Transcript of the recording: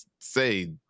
say